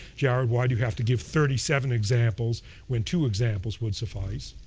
jared, why do you have to give thirty seven examples when two examples would suffice?